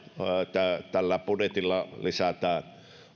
tällä budjetilla lisätään